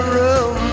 room